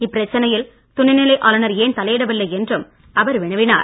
இப்பிரச்சனையில் துணைநிலை ஆளுநர் ஏன் தலையிடவில்லை என்றும் அவர் வினவினார்